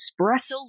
espresso